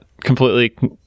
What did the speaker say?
completely